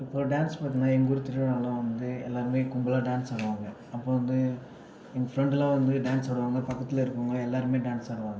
இப்போ டான்ஸ் பார்த்தீங்கன்னா எங்கள் ஊர் திருவிழாவில் வந்து எல்லாேருமே கும்பலாக டான்ஸ் ஆடுவாங்க அப்போது வந்து என் ஃப்ரெண்டெல்லாம் வந்து டான்ஸ் ஆடுவாங்க பக்கத்தில் இருக்கிறவங்கலா எல்லாேருமே டான்ஸ் ஆடுவாங்க